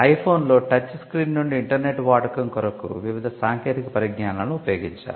ఐఫోన్లో touch screen నుండి internet వాడకం కొరకు వివిధ సాంకేతిక పరిజ్ఞానాలను ఉపయోగించారు